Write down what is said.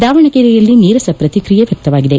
ದಾವಣಗೆರೆಯಲ್ಲಿ ನೀರಸ ಪ್ರಕ್ತಿಯೆ ವ್ಯಕ್ತವಾಗಿದೆ